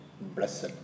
blessed